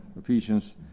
Ephesians